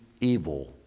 Evil